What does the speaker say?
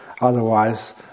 otherwise